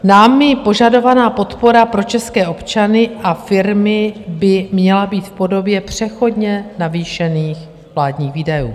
Námi požadovaná podpora pro české občany a firmy by měla být v podobě přechodně navýšených vládních výdajů.